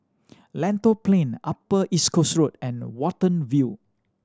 Lentor Plain Upper East Coast Road and Watten View